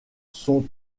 sont